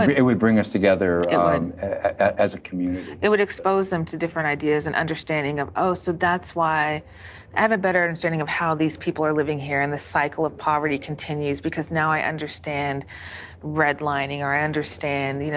and it would bring us together as a community. it would expose them to different ideas and understanding of oh, so that's why i have a better understanding of how these people are living here and the cycle of poverty continues, because now i understand redlining or i understand, you know